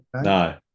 No